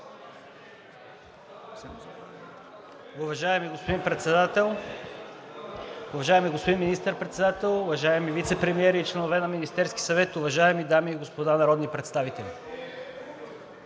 Уважаеми господин Председател, уважаеми господин Министър-председател, уважаеми вицепремиери и членове на Министерския съвет, уважаеми дами и господа народни представители!